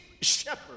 shepherd